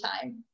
time